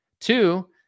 Two